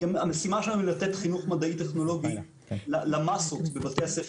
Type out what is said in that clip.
המשימה שלנו היא לתת חינוך מדעי טכנולוגי למאסות בבתי הספר